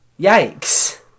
yikes